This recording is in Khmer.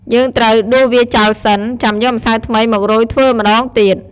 យើងត្រូវដួសវាចោលសិន ចាំយកម្សៅថ្មីមករោយធ្វើម្តងទៀត។